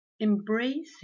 Embracing